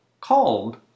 called